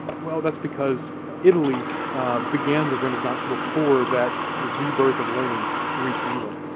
well, that's because italy began the renaissance before that sort of rebirth of learning reached england.